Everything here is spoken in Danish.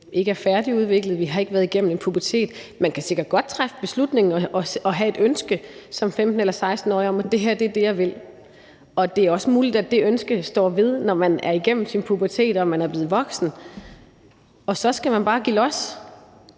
ikke er færdigudviklede, at vi ikke har været igennem en pubertet. Man kan som 15- eller 16-årig sikkert godt træffe beslutningen og have et ønske om, at det er det, man vil, og det er også muligt, at det ønske står man ved, når man er igennem sin pubertet og man er blevet voksen, og så skal man bare give los.